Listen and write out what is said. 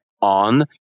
on